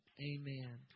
Amen